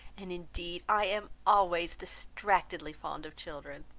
and indeed i am always distractedly fond of children.